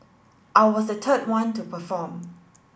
I was the third one to perform